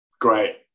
Great